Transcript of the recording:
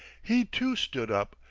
he, too, stood up,